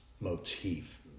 motif